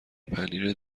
پنیر